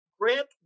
Grant